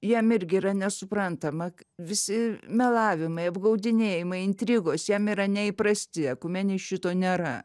jam irgi yra nesuprantama visi melavimai apgaudinėjimai intrigos jam yra neįprasti ekumenėj šito nėra